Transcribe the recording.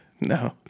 No